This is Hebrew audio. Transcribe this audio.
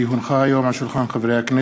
כי הונחה היום על שולחן הכנסת,